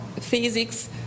physics